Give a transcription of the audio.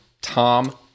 Tom